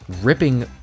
ripping